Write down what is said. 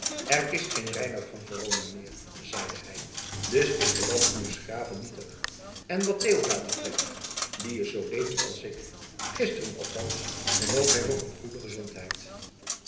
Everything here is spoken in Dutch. er is geen reinout van verona meer zeide hij dus is de ban uws graven nietig en wat deodaat betreft die is zoo levend als ik gisteren althans genoot hij nog een goede gezondheid